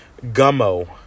Gummo